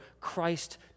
Christ